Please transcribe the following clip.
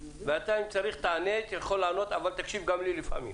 ואתה אם צריך תענה, אבל תקשיב גם לי לפעמים.